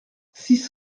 six